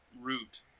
root